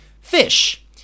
Fish